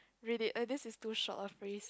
read it eh this is too short a phrase